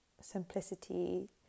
simplicity